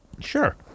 Sure